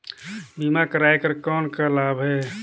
बीमा कराय कर कौन का लाभ है?